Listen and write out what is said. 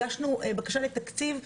הגשנו בקשה לתקציב,